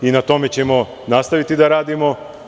Na tome ćemo nastaviti da radimo.